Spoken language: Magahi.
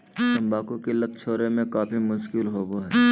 तंबाकू की लत छोड़े में काफी मुश्किल होबो हइ